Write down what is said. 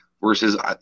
versus